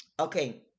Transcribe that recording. Okay